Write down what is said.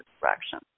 direction